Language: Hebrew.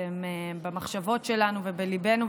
אתם במחשבות שלנו ובליבנו,